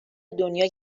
دنیا